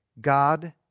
God